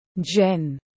Jen